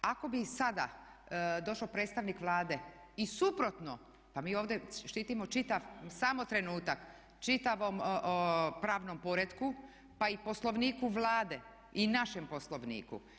Ako bi sada došao predstavnik Vlade i suprotno, pa mi ovdje štitimo čitav, samo trenutak, čitavom pravnom poretku, pa i Poslovniku Vlade i našem Poslovniku.